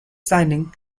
shining